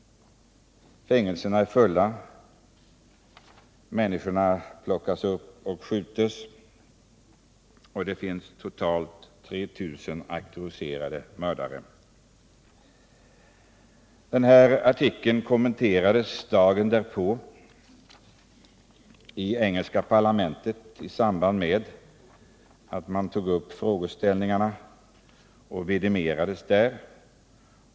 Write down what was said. Fängelserna är fulla. Människor plockas upp och skjuts, och det finns totalt 3 000 auktoriserade mördare. Den här artikeln kommenterades dagen därpå i engelska parlamentet, och uppgifterna verifierades där.